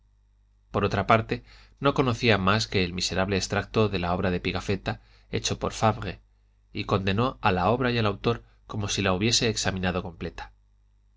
por otra parte no conocía mas que el miserable extracto de la obra de pigafetta hecho por fabre y condenó a la obra y al autor como si la hubiese examinado completa